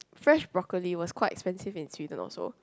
fresh brocolli was quite expensive in Sweden also